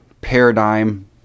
paradigm